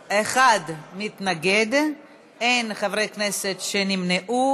באמת, חבל מאוד, אדוני.